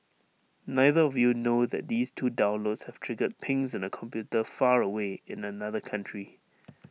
neither of you know that these two downloads have triggered pings in A computer far away in another country